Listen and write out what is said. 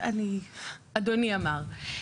אדוני אמר.